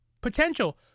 Potential